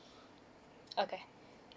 okay